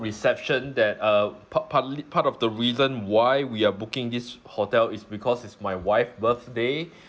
reception that uh part partly part of the reason why we are booking this hotel is because it's my wife birthday